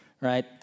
Right